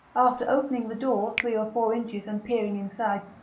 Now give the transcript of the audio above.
after opening the door three or four inches and peering inside,